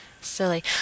silly